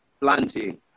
planting